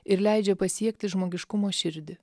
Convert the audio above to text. ir leidžia pasiekti žmogiškumo širdį